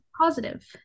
positive